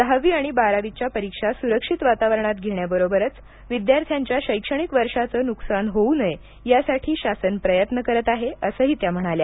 दहावी आणि बारावीच्या परीक्षा स्रक्षित वातावरणात घेण्याबरोबरच विद्यार्थ्यांच्या शैक्षणिक वर्षाचं नुकसान होऊ नये यासाठी शासन प्रयत्न करत आहे असं त्या म्हणाल्या